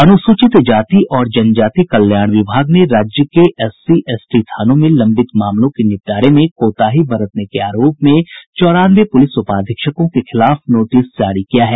अनुसूचित जाति और जनजाति कल्याण विभाग ने राज्य के एससी एसटी थानों में लंबित मामलों के निपटारे में कोताही बरतने के आरोप में चौरानवे पूलिस उपाधीक्षकों के खिलाफ नोटिस जारी किया है